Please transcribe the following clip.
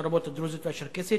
לרבות הדרוזית והצ'רקסית,